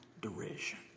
derision